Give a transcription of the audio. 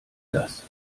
das